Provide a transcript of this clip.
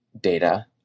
data